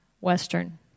Western